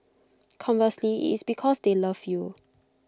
conversely IT is because they love you